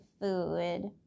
food